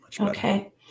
Okay